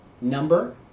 number